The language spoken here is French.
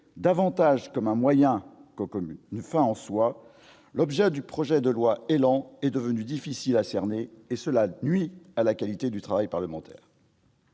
davantage comme un moyen que comme une fin en soi, l'objet du projet de loi ÉLAN est devenu difficile à cerner, ce qui nuit à la qualité du travail parlementaire.